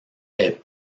est